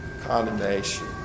condemnation